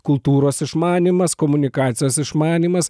kultūros išmanymas komunikacijos išmanymas